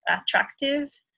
attractive